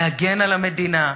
להגן על המדינה,